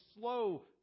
slow